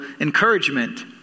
encouragement